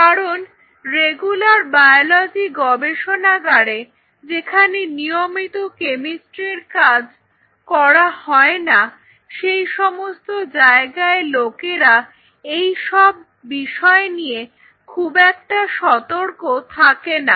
কারণ regular biology গবেষণাগারে যেখানে নিয়মিত কেমিস্ট্রির কাজ করা হয় না সেই সমস্ত জায়গায় লোকেরা এইসব বিষয় নিয়ে খুব একটা সতর্ক থাকে না